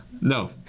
No